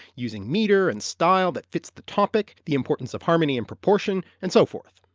using metre and style that fits the topic, the importance of harmony and proportion, and so forth.